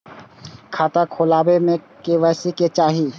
खाता खोला बे में के.वाई.सी के चाहि?